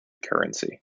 currency